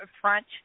front